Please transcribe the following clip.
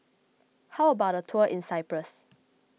how about a tour in Cyprus